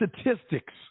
statistics